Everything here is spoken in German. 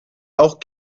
auch